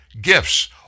gifts